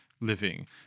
living